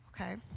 okay